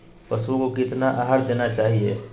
पशुओं को कितना आहार देना चाहि?